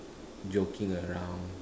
joking around